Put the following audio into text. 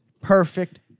Perfect